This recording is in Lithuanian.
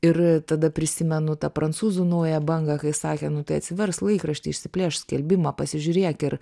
ir tada prisimenu tą prancūzų naująją bangą kai sakė nu tai atsiversk laikraštį išsiplėšk skelbimą pasižiūrėk ir